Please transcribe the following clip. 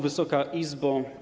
Wysoka Izbo!